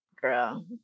Girl